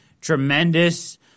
tremendous